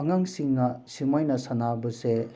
ꯑꯉꯥꯡꯁꯤꯡꯅ ꯁꯨꯃꯥꯏꯅ ꯁꯥꯟꯅꯕꯁꯦ